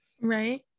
right